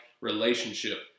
relationship